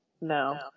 No